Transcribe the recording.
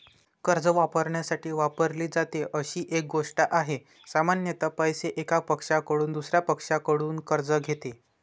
कर्ज वापरण्यासाठी वापरली जाते अशी एक गोष्ट आहे, सामान्यत पैसे, एका पक्षाकडून दुसर्या पक्षाकडून कर्ज घेते